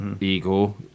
ego